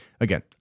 again